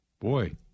boy